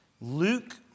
Luke